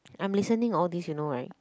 I'm listening all this you know right